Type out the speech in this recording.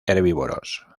herbívoros